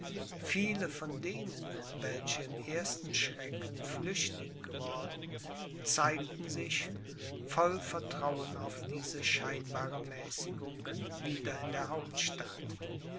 viele von denen welche im ersten schrecken flüchtig geworden zeigten sich voll vertrauen auf diese scheinbare mäßigung wieder in der hauptstadt